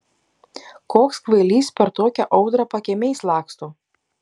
koks kvailys per tokią audrą pakiemiais laksto